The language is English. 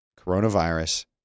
coronavirus